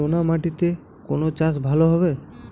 নোনা মাটিতে কোন চাষ ভালো হবে?